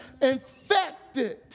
infected